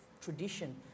tradition